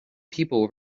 people